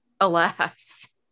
alas